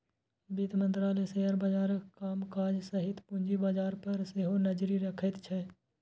वित्त मंत्रालय शेयर बाजारक कामकाज सहित पूंजी बाजार पर सेहो नजरि रखैत छै